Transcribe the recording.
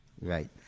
right